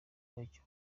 wacyo